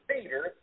Peter